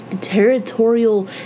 territorial